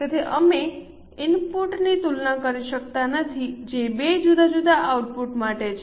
તેથી અમે ઇનપુટની તુલના કરી શકતા નથી જે 2 જુદા જુદા આઉટપુટ માટે છે